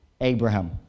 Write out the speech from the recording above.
Abraham